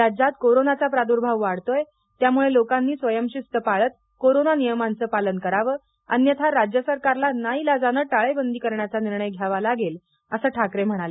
राज्यात कोरोनाचा प्रादुर्भाव वाढतो आहे त्यामुळे लोकांनी स्वयंशिस्त पाळत कोरोना नियमांचं पालन करावं अन्यथा राज्य सरकारला नाईलाजानं टाळेबंदी करण्याचा निर्णय घ्यावा लागेल असं ठाकरे म्हणाले